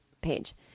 page